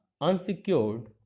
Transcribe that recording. unsecured